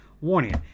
Warning